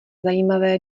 zajímavé